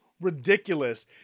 ridiculous